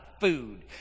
food